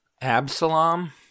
Absalom